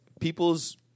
people's